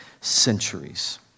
centuries